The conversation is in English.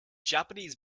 japanese